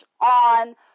on